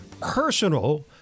personal